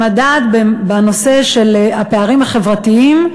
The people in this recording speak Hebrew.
המדד בנושא של הפערים החברתיים,